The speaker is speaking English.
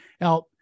Now